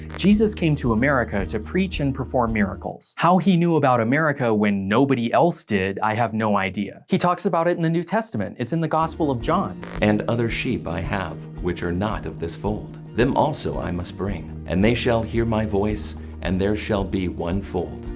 jesus came to america to preach and perform miracles. how he knew about america when nobody else did, i have no idea. he talks about it in the new testament, it's in the gospel of john. and other sheep i have, which are not of this fold them also i must bring, and they shall hear my voice and there shall be one fold,